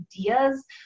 ideas